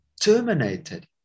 terminated